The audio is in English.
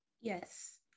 yes